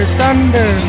thunder